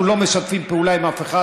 אנחנו לא משתפים פעולה עם אף אחד,